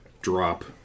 drop